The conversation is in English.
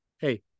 hey